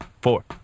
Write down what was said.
four